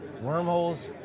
Wormholes